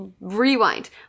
rewind